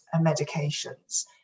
medications